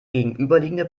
gegenüberliegende